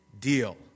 deal